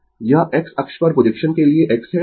इसी तरह y अक्ष के लिए प्रोजेक्शन यह 1√ 2 होगा